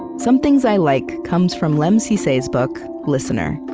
some things i like comes from lemn sissay's book listener.